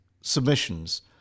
submissions